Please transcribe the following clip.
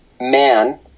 man